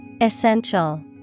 Essential